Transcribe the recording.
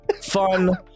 fun